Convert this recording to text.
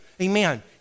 Amen